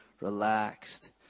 relaxed